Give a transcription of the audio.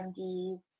MDs